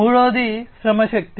మూడవది శ్రమశక్తి